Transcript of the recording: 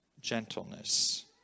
Gentleness